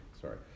sorry